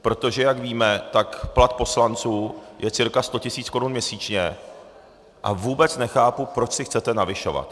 Protože jak víme, tak plat poslanců je cirka 100 tisíc korun měsíčně, a vůbec nechápu, proč si chcete navyšovat.